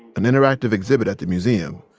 an interactive exhibit at the museum,